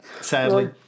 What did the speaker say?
sadly